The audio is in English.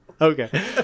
Okay